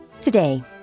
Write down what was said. Today